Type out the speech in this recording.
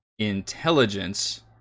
intelligence